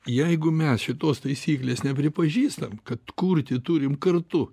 jeigu mes šitos taisyklės nepripažįstam kad kurti turim kartu